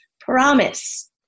promise